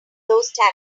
those